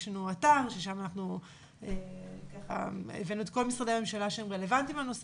יש לנו אתר בו אנחנו הבאנו את כל משרדי הממשלה הרלוונטיים לנושא